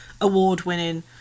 award-winning